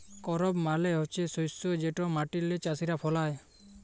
করপ মালে হছে শস্য যেট মাটিল্লে চাষীরা ফলায়